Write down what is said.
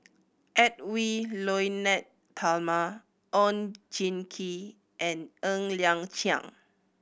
Edwy Lyonet Talma Oon Jin Gee and Ng Liang Chiang